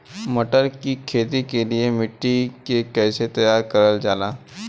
मटर की खेती के लिए मिट्टी के कैसे तैयार करल जाला?